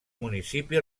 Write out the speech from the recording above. municipi